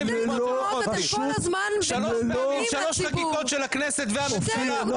שלוש חקיקות של הכנסת והממשלה,